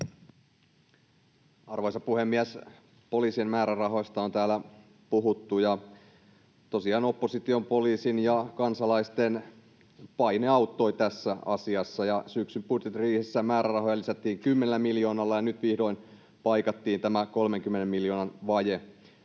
Arvoisa puhemies! Poliisin määrärahoista on täällä puhuttu, ja tosiaan opposition, poliisin ja kansalaisten paine auttoi tässä asiassa ja syksyn budjettiriihessä määrärahoja lisättiin 10 miljoonalla ja nyt vihdoin paikattiin tämä 30 miljoonan vaje.